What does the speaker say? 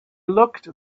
looked